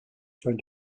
found